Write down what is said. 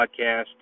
podcast